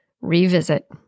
revisit